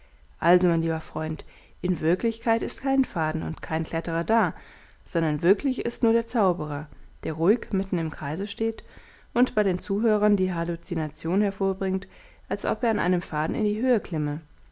also mein lieber freund in wirklichkeit ist kein faden und kein kletterer da sondern wirklich ist nur der zauberer der ruhig mitten im kreise steht und bei den zuhörern die halluzination hervorbringt als ob er an einem faden in die höhe klimme